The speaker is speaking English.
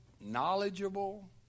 knowledgeable